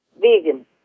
vegan